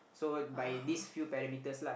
so by this few perimeters lah